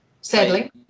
Sadly